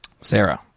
Sarah